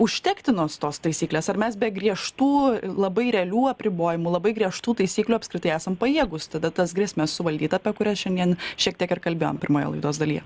užtektinos tos taisyklės ar mes be griežtų labai realių apribojimų labai griežtų taisyklių apskritai esam pajėgū tada tas grėsmes suvaldyt apie kurias šiandien šiek tiek ir kalbėjom pirmoje laidos dalyje